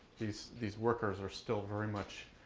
these these workers are still very much